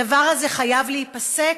הדבר הזה חייב להיפסק.